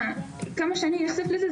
כמה שאני נחשפת לזה,